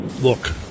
look